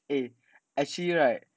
eh actually right